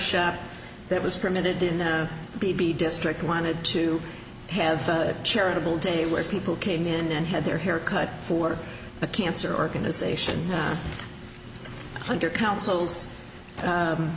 shop that was permitted in the b b district wanted to have a charitable day where people came in and had their hair cut for the cancer organization hunter council